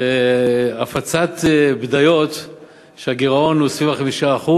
בהפצת בדיות שהגירעון הוא סביב ה-5%,